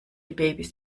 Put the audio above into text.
babys